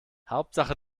hauptsache